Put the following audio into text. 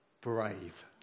brave